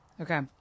Okay